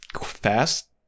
fast